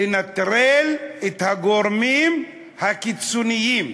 לנטרל את הגורמים הקיצוניים.